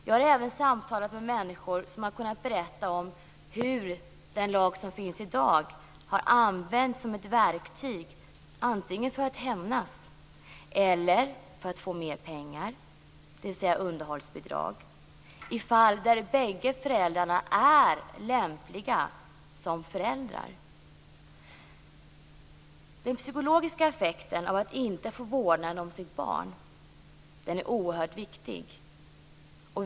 Jag har även samtalat med människor som kunnat berätta om hur den lag som finns i dag har använts som ett verktyg, antingen för att hämnas eller för att få mer pengar, dvs. underhållsbidrag i fall där bägge föräldrarna är lämpliga som föräldrar. Den psykologiska effekten av att man inte får vårdnad om sitt barn är oerhört viktig.